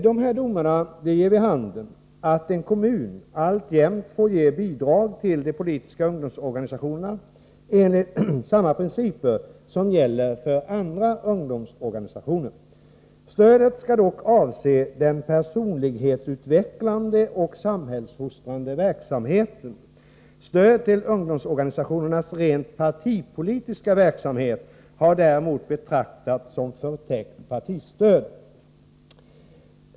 Dessa domar ger vid handen att en kommun alltjämt får ge bidrag till de politiska ungdomsorganisationerna enligt samma principer som gäller för andra ungdomsorganisationer. Stödet skall dock avse den personlighetsutvecklande och samhällsfostrande verksamheten. Stöd till ungdomsorganisationernas rent partipolitiska verksamhet har däremot betraktats som förtäckt partistöd.